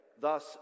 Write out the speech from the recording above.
thus